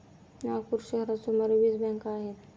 नागपूर शहरात सुमारे वीस बँका आहेत